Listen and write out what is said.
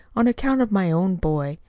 on account of my own boy.